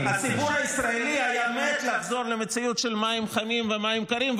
הציבור הישראלי היה מת לחזור למציאות של מים חמים ומים קרים,